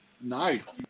Nice